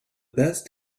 best